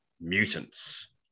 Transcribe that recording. Mutants